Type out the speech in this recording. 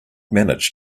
manage